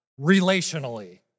relationally